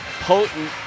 potent